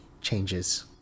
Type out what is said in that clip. changes